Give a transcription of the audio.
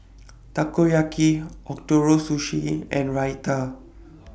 Takoyaki Ootoro Sushi and Raita